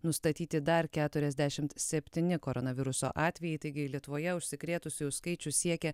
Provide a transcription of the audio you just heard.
nustatyti dar keturiasdešimt septyni koronaviruso atvejai taigi lietuvoje užsikrėtusiųjų skaičius siekia